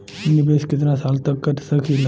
निवेश कितना साल तक कर सकीला?